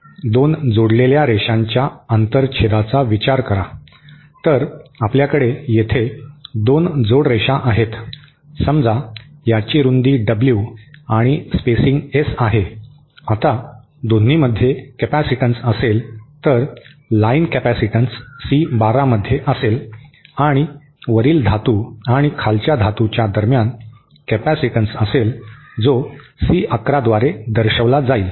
दोन जोडलेल्या रेषांच्या आंतर छेदाचा विचार करा तर आपल्याकडे येथे दोन जोड रेषा आहेत समजा याची रुंदी डब्ल्यू आणि स्पेसिंग एस आहे आता दोन्हीमध्ये कपॅसिटीन्स असेल तर लाईन कपॅसिटीन्स सी १२ मध्ये असेल आणि वरील धातू आणि खालच्या धातूच्या दरम्यान कॅपेसिटन्स असेल जो सी 11 द्वारे दर्शविला जाईल